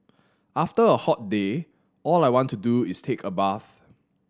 after a hot day all I want to do is take a bath